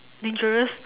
dangerous